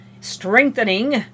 strengthening